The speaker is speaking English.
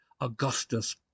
Augustus